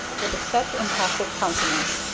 with a set impassive countenance,